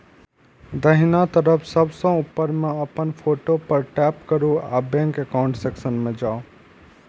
दाहिना तरफ सबसं ऊपर मे अपन फोटो पर टैप करू आ बैंक एकाउंट सेक्शन मे जाउ